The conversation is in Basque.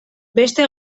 beste